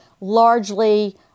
largely